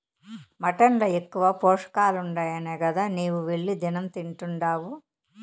mutton ల ఎక్కువ పోషకాలుండాయనే గదా నీవు వెళ్లి దినం తింటున్డావు